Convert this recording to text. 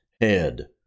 head